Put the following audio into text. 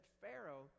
Pharaoh